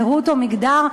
זהות ומגדר?